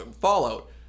Fallout